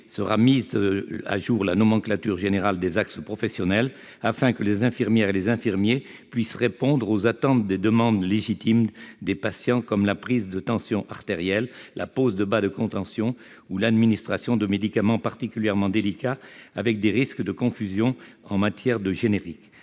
sera mise à jour la nomenclature générale des actes professionnels afin que les infirmières et les infirmiers puissent répondre aux attentes et demandes légitimes des patients comme la prise de tension artérielle, la pose de bas de contention ou l'administration de médicaments particulièrement délicate avec des risques de confusion en matière de génériques